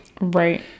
Right